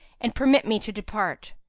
and permit me to depart.